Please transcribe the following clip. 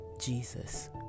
Jesus